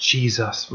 Jesus